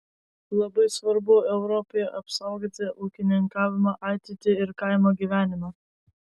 labai svarbu europoje apsaugoti ūkininkavimo ateitį ir kaimo gyvenimą